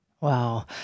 Wow